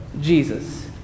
Jesus